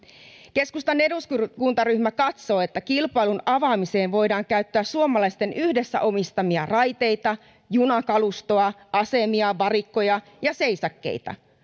keskustan eduskuntaryhmä katsoo että kilpailun avaamiseen voidaan käyttää suomalaisten yhdessä omistamia raiteita junakalustoa asemia varikkoja ja seisakkeita